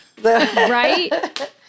Right